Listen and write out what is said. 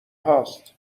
هاست